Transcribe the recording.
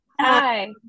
Hi